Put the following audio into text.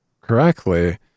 correctly